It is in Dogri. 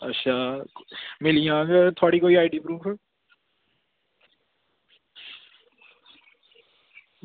अच्छा मिली जाह्ग थुआढ़ी कोई आईडी प्रूफ